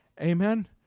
Amen